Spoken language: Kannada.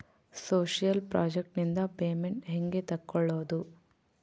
ಸೋಶಿಯಲ್ ಪ್ರಾಜೆಕ್ಟ್ ನಿಂದ ಪೇಮೆಂಟ್ ಹೆಂಗೆ ತಕ್ಕೊಳ್ಳದು?